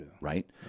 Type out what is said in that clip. right